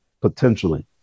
potentially